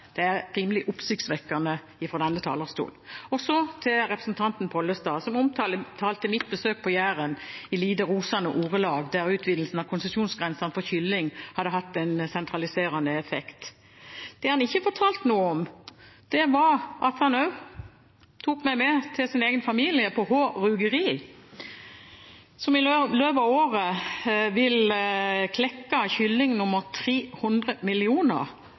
Det er rimelig oppsiktsvekkende fra denne talerstolen. Så til representanten Pollestad, som omtalte mitt besøk på Jæren i lite rosende ordelag, der utvidelsen av konsesjonsgrensen for kylling hadde hatt en sentraliserende effekt. Det han ikke fortalte noe om, var at han også tok meg med til sin egen familie på Hå Rugeri, som i løpet av året vil klekke kylling nummer 300 millioner,